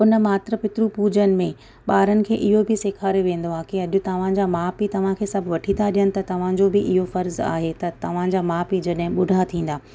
हुन मात्र पित्र पूजन में ॿारनि खे इहो बि सेखारियो वेंदो आहे की अॾु तव्हांजा माउ पीउ तव्हांखे सभु वठी त ॾेयनि त तव्हांजो बि इहो फ़र्जु आहे त तव्हांजा माउ पीउ जॾहिं बुड़ा थींदा